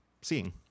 seeing